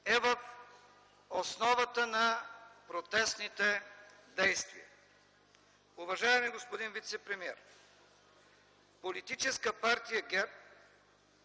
е в основата на протестните действия. Уважаеми господин вицепремиер, Политическа партия